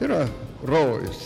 yra rojus